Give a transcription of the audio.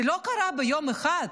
זה לא קרה ביום אחד.